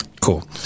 Cool